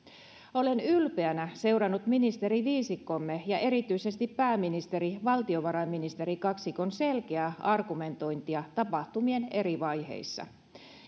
olen ylpeänä seurannut ministeriviisikkomme ja erityisesti pääministeri valtiovarainministeri kaksikon selkeää argumentointia tapahtumien eri vaiheissa